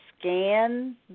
Scan